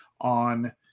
on –